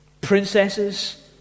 princesses